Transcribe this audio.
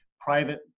private